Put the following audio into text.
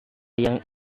yang